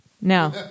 no